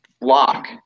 lock